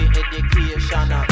education